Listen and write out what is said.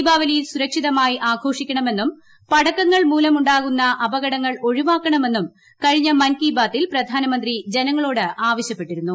ദീപാവലി സുരക്ഷിതമായി ആഘോ്ഷ്പ്ക്കണമെന്നും പടക്കങ്ങൾ മൂലമുണ്ടാകുന്ന അപകടങ്ങൾ ഒഴിവാക്കണമെന്നും കഴിഞ്ഞ മൻ കി ബാതിൽ പ്രധാനമന്ത്രി ജനങ്ങളോട് ആവശ്യപ്പെട്ടിരുന്നു